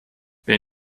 wer